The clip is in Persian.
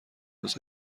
روز